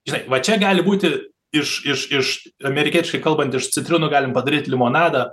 žinai va čia gali būti iš iš iš amerikietiškai kalbant iš citrinų galim padaryt limonadą